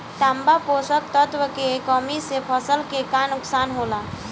तांबा पोषक तत्व के कमी से फसल के का नुकसान होला?